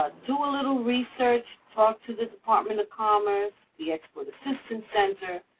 ah do a little research, talk to the department of commerce, the export assistance center,